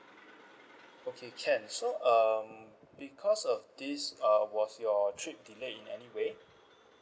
okay can so um because of this uh was your trip delay in anyway